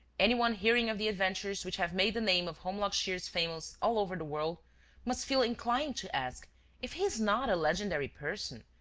any one hearing of the adventures which have made the name of holmlock shears famous all over the world must feel inclined to ask if he is not a legendary person,